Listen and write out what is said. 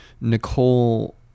Nicole